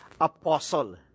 apostle